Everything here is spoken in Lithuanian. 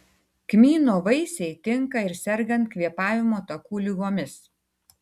kmyno vaisiai tinka ir sergant kvėpavimo takų ligomis